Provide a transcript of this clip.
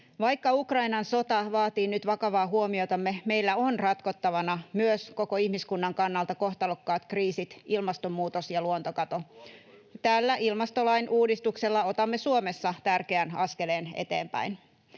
Vaikka Ukrainan sota vaatii nyt vakavaa huomiotamme, meillä on ratkottavana myös koko ihmiskunnan kannalta kohtalokkaat kriisit: ilmastonmuutos ja luontokato. [Petri Hurun välihuuto] Tällä ilmastolain uudistuksella otamme Suomessa tärkeän askeleen eteenpäin.